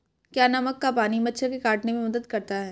क्या नमक का पानी मच्छर के काटने में मदद करता है?